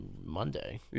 Monday